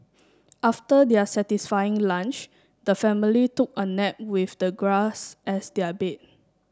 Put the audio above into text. after their satisfying lunch the family took a nap with the grass as their bed